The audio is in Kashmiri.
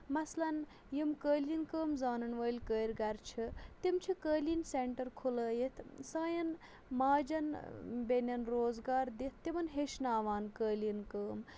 مثلاً یِم قٲلیٖن کٲم زانن وٲلۍ کٲرۍ گر چھِ تِم چھِ قٲلیٖن سینٹر کھُلٲیِتھ سانٮ۪ن ماجن بیٚنٮ۪ن روزگار دِتھ تِمن ہٮ۪چھناوان قٲلیٖن کٲم